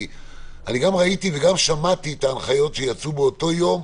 אני גם ראיתי וגם שמעתי את ההנחיות שיצאו באותו יום,